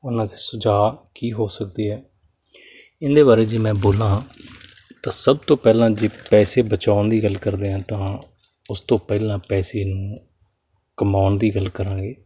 ਉਹਨਾਂ ਦੇ ਸੁਝਾਅ ਕੀ ਹੋ ਸਕਦੇ ਹੈ ਇਹਦੇ ਬਾਰੇ ਜੇ ਮੈਂ ਬੋਲਾਂ ਤਾਂ ਸਭ ਤੋਂ ਪਹਿਲਾਂ ਜੇ ਪੈਸੇ ਬਚਾਉਣ ਦੀ ਗੱਲ ਕਰਦੇ ਹਾਂ ਤਾਂ ਉਸ ਤੋਂ ਪਹਿਲਾਂ ਪੈਸੇ ਨੂੰ ਕਮਾਉਣ ਦੀ ਗੱਲ ਕਰਾਂਗੇ